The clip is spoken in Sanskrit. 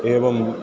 एवम्